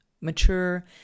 mature